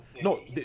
No